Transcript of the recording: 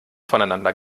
voneinander